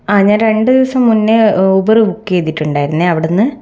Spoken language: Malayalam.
ആ ഞാൻ രണ്ട് ദിവസം മുൻപെ ഊബർ ബുകങ്ക് ചെയ്തിട്ടുണ്ടായിരുന്നേ അവിടുന്ന്